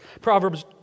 Proverbs